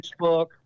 facebook